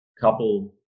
couple